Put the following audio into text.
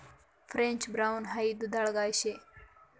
French brown हाई दुधाळ गाय शे